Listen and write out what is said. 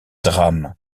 drames